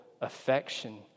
affection